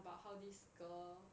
about how this girl